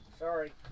Sorry